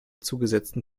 zugesetzten